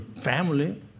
family